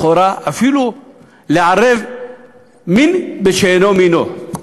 לכאורה, אפילו לערב מין בשאינו מינו.